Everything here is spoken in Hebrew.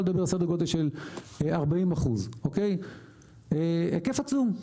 לדבר על סדר גודל של 40%. היקף עצום,